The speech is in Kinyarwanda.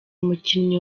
umukinnyi